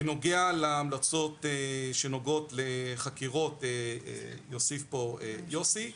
בנודע להמלצות שנוגעות לחקירות, יוסיף פה יוסי,